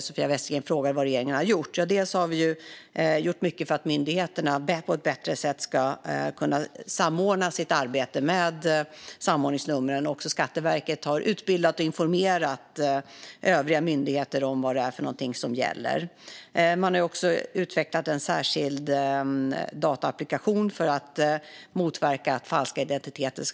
Sofia Westergren frågar vad regeringen har gjort. Vi har bland annat gjort mycket för att myndigheterna ska kunna samordna sitt arbete med samordningsnumren på ett bättre sätt. Skatteverket har utbildat och informerat övriga myndigheter om vad som gäller. Man har också utvecklat en särskild dataapplikation för att motverka att falska identiteter,